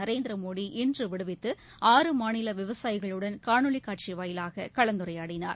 நரேந்திர மோடி இன்று விடுவித்து ஆறு மாநில விவசாயிகளுடன் காணொலிக் காட்சி வாயிலாக கலந்துரையாடினார்